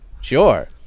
Sure